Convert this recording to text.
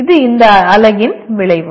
இது இந்த அலகின் விளைவு